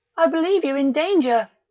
i believe you're in danger.